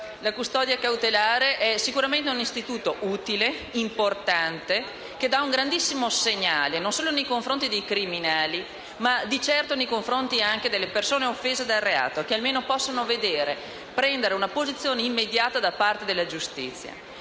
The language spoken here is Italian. custodia cautelare. Quest'ultimo è sicuramente un istituto utile e importante, che dà un grandissimo segnale non solo nei confronti dei criminali, ma di certo anche nei confronti delle persone offese dal reato, che almeno possono vedere prendere una posizione immediata da parte della giustizia.